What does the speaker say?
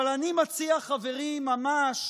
אבל אני מציע, חברים, ממש